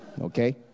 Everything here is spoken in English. Okay